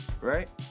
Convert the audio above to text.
right